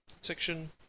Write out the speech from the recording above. section